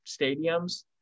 stadiums